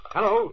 Hello